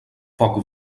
poc